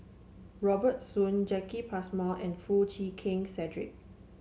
Robert Soon Jacki Passmore and Foo Chee Keng Cedric